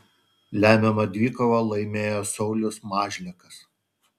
lemiamą dvikovą laimėjo saulius mažlekas